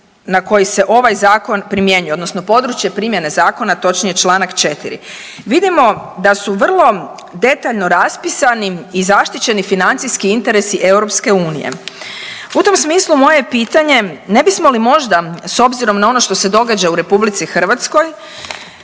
na koji se ovaj zakon primjenjuje odnosno područje primjene zakona točnije Članak 4., vidimo da su vrlo detaljno raspisani i zaštićeni financijski interesi EU. U tom smislu moje je pitanje ne bismo li možda s obzirom na ono što se događa u RH trebali